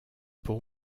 pour